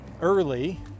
early